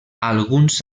alguns